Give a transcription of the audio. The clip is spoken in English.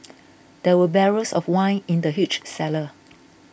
there were barrels of wine in the huge cellar